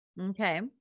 okay